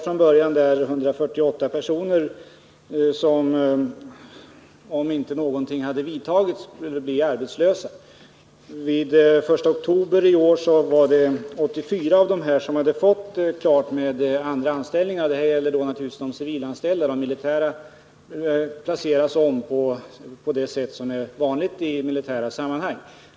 Från början var det 148 civilanställda som, om inga åtgärder vidtogs, skulle bli arbetslösa — de militära placeras om på det sätt som är vanligt i militära sammanhang.